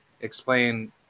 explain